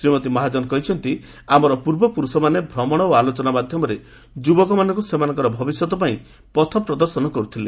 ଶ୍ରୀମତୀ ମହାଜନ କହିଛନ୍ତି ଆମର ପୂର୍ବପୁରୁଷମାନେ ଭ୍ରମଣ ଓ ଆଲୋଚନା ମାଧ୍ୟମରେ ଯୁବକମାନଙ୍କୁ ସେମାନଙ୍କର ଭବିଷ୍ୟତପାଇଁ ପଥ ପ୍ରଦର୍ଶନ କରୁଥିଲେ